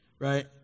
right